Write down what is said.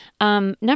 Number